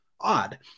odd